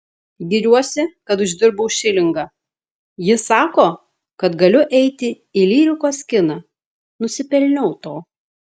giriuosi kad uždirbau šilingą ji sako kad galiu eiti į lyrikos kiną nusipelniau to